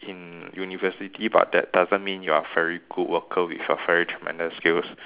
in university but that doesn't mean you are a very good worker with a very tremendous skills